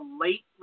late